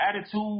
attitude